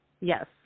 Yes